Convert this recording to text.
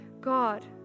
God